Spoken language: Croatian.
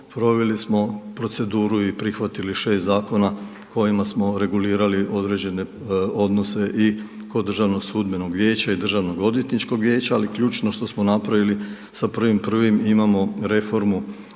proveli smo proceduru i prihvatili 6 zakona kojima smo regulirali određene odnosi i kod Državnog sudbenog vijeća i Državnog odvjetničkog vijeća, ali ključno što smo napravili sa 1.1., imamo reformu